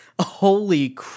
holy